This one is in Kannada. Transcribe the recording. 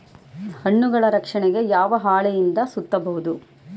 ಹಣ್ಣುಗಳ ರಕ್ಷಣೆಗೆ ಯಾವ ಹಾಳೆಯಿಂದ ಸುತ್ತಬಹುದು?